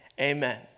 amen